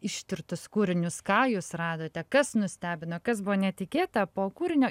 ištirtus kūrinius ką jūs radote kas nustebino kas buvo netikėta po kūrinio